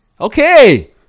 Okay